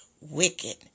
wicked